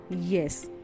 yes